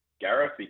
Gareth